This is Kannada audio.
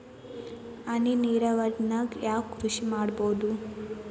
ಹನಿ ನೇರಾವರಿ ನಾಗ್ ಯಾವ್ ಕೃಷಿ ಮಾಡ್ಬೋದು?